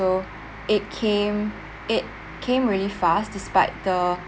so it came it came really fast despite the